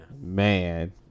Man